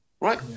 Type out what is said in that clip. right